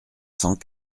cent